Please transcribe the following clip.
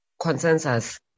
consensus